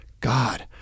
God